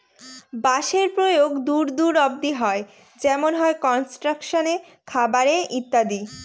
বাঁশের প্রয়োগ দূর দূর অব্দি হয় যেমন হয় কনস্ট্রাকশনে, খাবারে ইত্যাদি